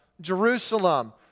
Jerusalem